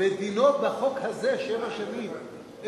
ודינו בחוק הזה שבע שנים,